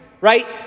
right